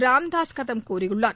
ராம்தாஸ் கதம் கூறியுள்ளார்